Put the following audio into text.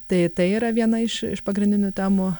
tai tai yra viena iš iš pagrindinių temų